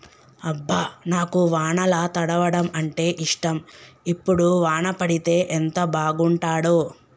అబ్బ నాకు వానల తడవడం అంటేఇష్టం ఇప్పుడు వాన పడితే ఎంత బాగుంటాడో